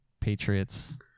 Patriots